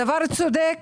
הדבר צודק,